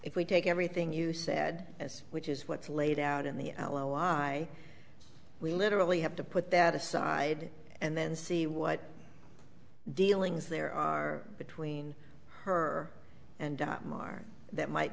if we take everything you said as which is what's laid out in the l o i we literally have to put that aside and then see what dealings there are between her and mar that might